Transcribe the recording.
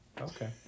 Okay